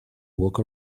walk